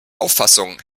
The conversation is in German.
auffassung